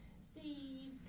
See